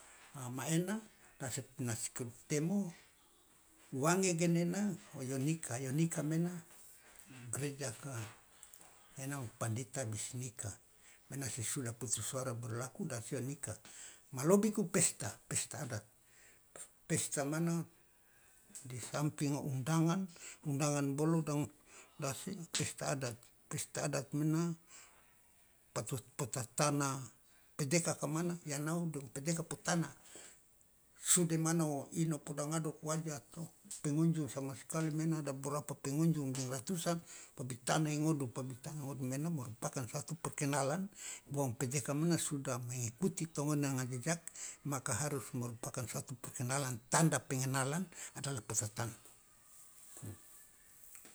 A maena de asa pomasketemo wange genena o yonika yonika mena gerejaka ena ma pandeta bisnika mena sesudah putus suara berlaku de asa yo nika ma lobiku pesta pesta adat pesta maena di samping undangan undangan bolo de ase pesta adat pesta adat mena po tatana pedeka mana yanau de pedeka po tana sude mana o ino poda ngaduku aja ato pengunjung sama skali mena ada berapa pengunjung deng ratusan pabitana i ngodu pa bitanga i ngodu maena merupakan satu perkenalan bahwa ngopedeka mana suda mengikuti tongone nanga jejak maka harus merupakan satu perkenalan tabda pengenalan adalah